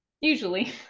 Usually